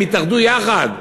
הם התאחדו יחד,